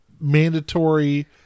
mandatory